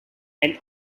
and